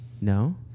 No